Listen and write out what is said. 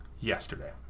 yesterday